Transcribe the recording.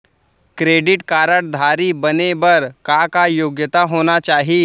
Credit card धारी बने बर का का योग्यता होना चाही?